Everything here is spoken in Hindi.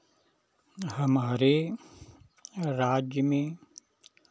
हमारे राज्य में